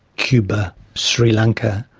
cuba, sri lanka,